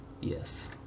Yes